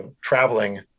traveling